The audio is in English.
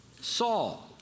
Saul